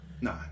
No